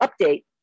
update